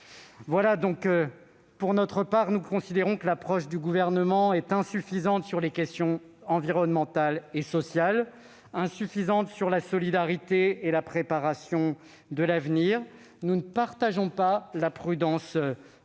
capital ! Pour notre part, nous considérons que l'approche du Gouvernement est insuffisante sur les questions environnementales et sociales, sur la solidarité et la préparation de l'avenir. Nous ne partageons pas cette idée